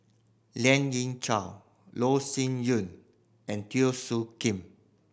Lien Ying Chow Loh Sin Yun and Teo Soon Kim